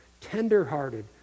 tenderhearted